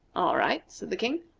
all right, said the king.